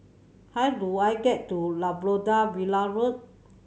how do I get to Labrador Villa Road